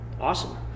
Awesome